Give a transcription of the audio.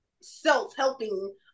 self-helping